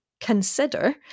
consider